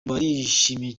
barishimye